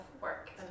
work